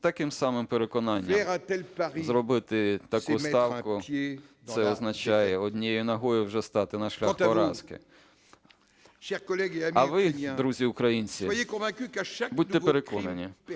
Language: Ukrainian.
таким самим переконанням: зробити таку ставку – це означає однією ногою вже стати на шлях поразки. А ви, друзі українці, будьте переконані,